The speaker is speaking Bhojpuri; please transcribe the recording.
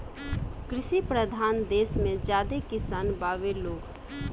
कृषि परधान देस मे ज्यादे किसान बावे लोग